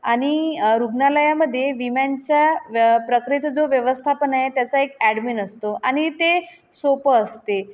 आणि रुग्णालयामध्ये विम्यांचा व प्रक्रियेचा जो व्यवस्थापन आहे त्याचा एक ॲडमिन असतो आणि ते सोपं असते